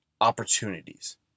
opportunities